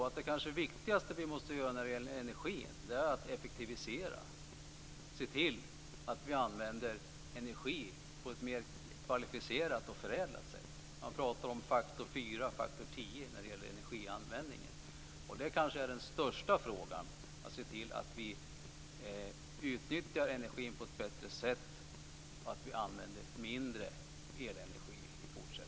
Men det kanske viktigaste vi måste göra när det gäller energin är att effektivisera och se till att vi använder energin på ett mer kvalificerat och förädlat sätt. Man pratar om faktor 4 och faktor 10 när det gäller energianvändningen. Den största frågan är kanske att se till att vi utnyttjar energin på ett bättre sätt och att vi använder mindre elenergi i fortsättningen.